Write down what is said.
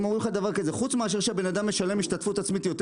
הם אומרים שמלבד זה שאדם משלם השתתפות עצמית יותר